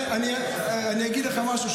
אני אגיד לכם משהו.